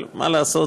אבל מה לעשות,